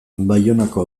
baionako